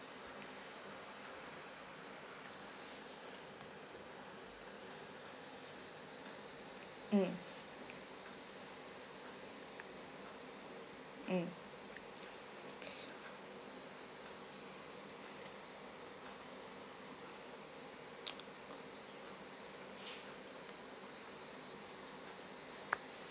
mm mm